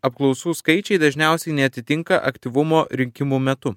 apklausų skaičiai dažniausiai neatitinka aktyvumo rinkimų metu